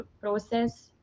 process